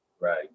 Right